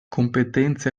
competenze